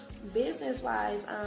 Business-wise